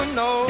no